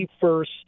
first